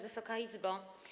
Wysoka Izbo!